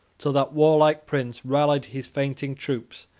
till that warlike prince rallied his fainting troops,